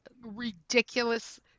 ridiculous